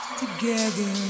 together